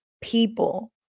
people